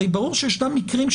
הרי ברור שישנם מקרים,